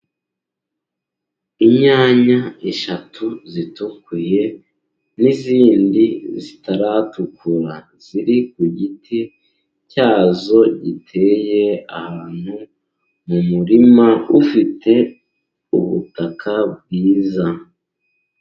Inyanya eshatu zitukuye n'izindi zitaratukura ziri ku giti cyazo giteye ahantu mu murima ufite ubutaka bwiza.